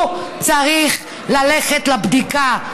הוא צריך ללכת לבדיקה,